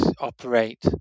operate